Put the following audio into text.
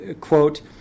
quote